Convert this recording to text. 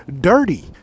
dirty